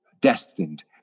destined